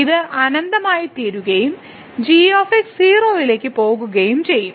ഇത് അനന്തമായിത്തീരുകയും g 0 ലേക്ക് പോകുകയും ചെയ്യും